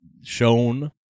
shown